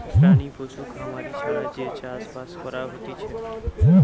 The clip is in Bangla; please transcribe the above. প্রাণী পশু খামারি ছাড়া যে চাষ বাস করা হতিছে